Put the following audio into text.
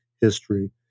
history